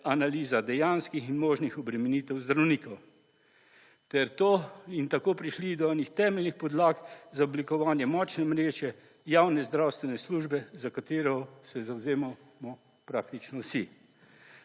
analiza dejanskih in možnih obremenitev zdravnikov in tako prišli do enih temeljnih podlag za oblikovanje močne mreže javne zdravstvene službe, za katero se zavzemamo praktično vsi.